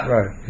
Right